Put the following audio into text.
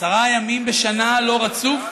עשרה ימים בשנה, לא רצוף,